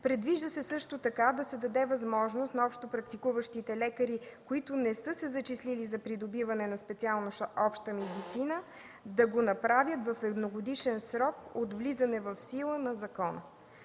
Предвижда се също така да се даде възможност на общопрактикуващите лекари, които не са се зачислили за придобиване на специалност „Обща медицина”, да го направят в едногодишен срок от влизане в сила на закона.